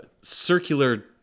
circular